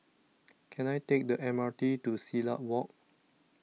Can I Take The M R T to Silat Walk